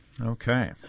Okay